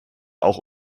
auch